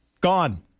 Gone